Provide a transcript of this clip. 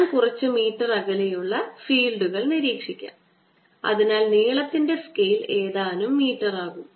ഞാൻ കുറച്ച് മീറ്റർ അകലെയുള്ള ഫീൽഡുകൾ നിരീക്ഷിക്കാം അതിനാൽ നീളത്തിൻറെ സ്കെയിൽ ഏതാനും മീറ്ററാകും